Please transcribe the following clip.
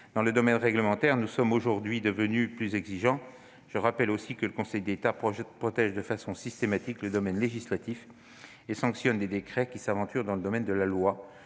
dans le domaine réglementaire, nous sommes devenus plus exigeants. Je rappelle aussi que le Conseil d'État protège de façon systématique le domaine législatif et sanctionne les décrets qui s'aventurent dans le domaine de la loi.